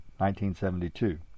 1972